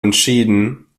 entschieden